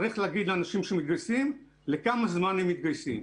צריך להגיד לאנשים שמתגייסים לכמה זמן הם מתגייסים.